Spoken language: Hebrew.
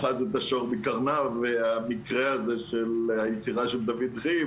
"אחז את השור בקרניו" והמקרה הזה של היצירה של דוד ריב